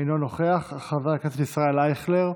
אינו נוכח, חבר הכנסת ישראל אייכלר,